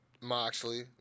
Moxley